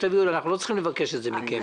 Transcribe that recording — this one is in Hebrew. אנחנו לא צריכים לבקש את זה מכם.